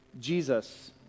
Jesus